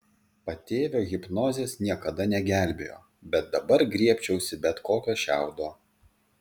patėvio hipnozės niekada negelbėjo bet dabar griebčiausi bet kokio šiaudo